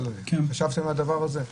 חשבתם על הדבר הזה?